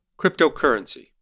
Cryptocurrency